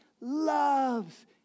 loves